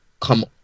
come